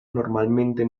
normalmente